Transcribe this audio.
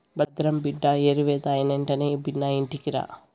భద్రం బిడ్డా ఏరివేత అయినెంటనే బిన్నా ఇంటికిరా